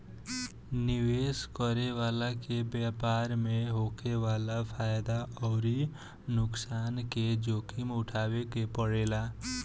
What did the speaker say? निवेश करे वाला के व्यापार में होखे वाला फायदा अउरी नुकसान के जोखिम उठावे के पड़ेला